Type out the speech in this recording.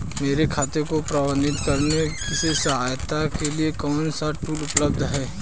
मेरे खाते को प्रबंधित करने में सहायता के लिए कौन से टूल उपलब्ध हैं?